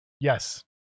yes